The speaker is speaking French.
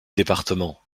département